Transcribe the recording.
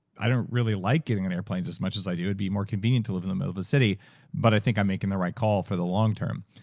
i don't really like getting on airplanes as much as i do. it'll be more convenient to live in the middle of the city but i think i'm making the right call for the long term.